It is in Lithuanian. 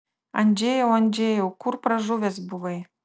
andžejau andžejau kur pražuvęs buvai